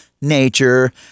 nature